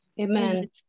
Amen